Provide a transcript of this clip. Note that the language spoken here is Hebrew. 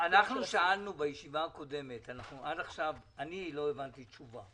שאלנו בישיבה הקודמת עד עכשיו אני לא הבנתי את התשובה